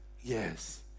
yes